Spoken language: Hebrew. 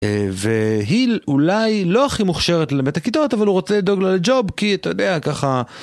והיל אולי לא הכי מוכשרת ללמד את הכיתות אבל הוא רוצה לדאוג לו לג'וב כי אתה יודע ככה